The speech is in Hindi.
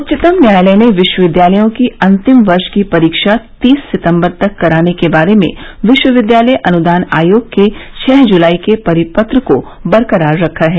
उच्चतम न्यायालय ने विश्वविद्यालयों की अंतिम वर्ष की परीक्षा तीस सितंबर तक कराने के बारे में विश्वविद्यालय अनुदान आयोग के छः जुलाई के परिपत्र को बरकरार रखा है